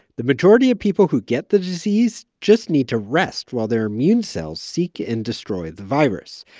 the majority of people who get the disease just need to rest while their immune cells seek and destroy the virus.